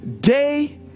day